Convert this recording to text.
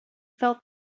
felt